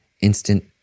instant